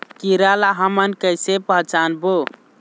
कीरा ला हमन कइसे पहचानबो?